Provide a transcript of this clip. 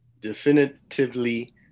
definitively